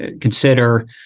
consider